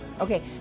Okay